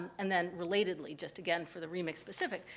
and then relatedly, just again for the remix specifically,